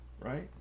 right